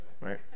Right